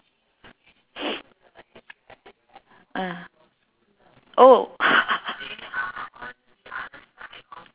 oh